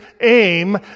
aim